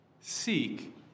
Seek